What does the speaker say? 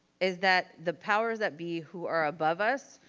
is that the powers that be who are above us,